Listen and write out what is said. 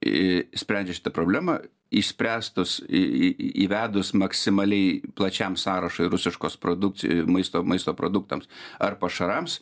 sprendžia šitą problemą išspręstos įvedus maksimaliai plačiam sąrašui rusiškos produkcij maisto maisto produktams ar pašarams